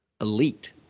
elite